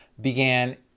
began